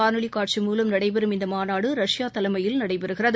காணொலிகாட்சி மூலம் நடைபெறும் இந்தமாநாடு ரஷ்யா தலைமையில் நடைபெறுகிறது